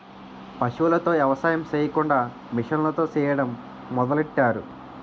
పశువులతో ఎవసాయం సెయ్యకుండా మిసన్లతో సెయ్యడం మొదలెట్టారు